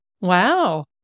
Wow